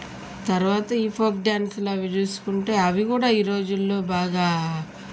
తర్వాత ఈ ఫోక్ డ్యాన్స్లు అవి చూసుకుంటే అవి కూడా ఈ రోజులలో బాగా